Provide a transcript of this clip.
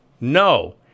No